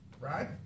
right